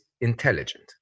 intelligent